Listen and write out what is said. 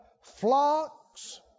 Flocks